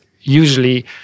usually